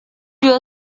your